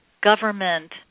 government